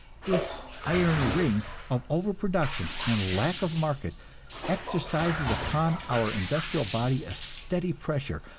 this iron ring of overproduction and lack of market exercises upon our industrial body a steady pressure,